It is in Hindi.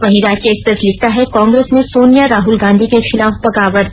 वहीं रांची एक्सप्रेस लिखता है कांग्रेस में सोनिया राहुल गांधी के खिलाफ बगावत